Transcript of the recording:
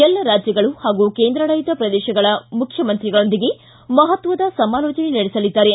ಎಲ್ಲ ರಾಜ್ಯ ಹಾಗೂ ಕೇಂದ್ರಾಡಳತ ಪ್ರದೇಶದ ಮುಖ್ಯಮಂತ್ರಿಗಳೊಂದಿಗೆ ಮಹತ್ವದ ಸಮಾಲೋಚನೆ ನಡೆಸಲಿದ್ದಾರೆ